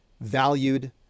valued